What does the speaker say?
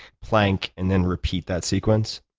plank, and then repeat that sequence?